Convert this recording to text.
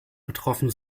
betroffen